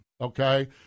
okay